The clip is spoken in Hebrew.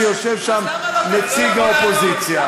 שיושב שם נציג האופוזיציה,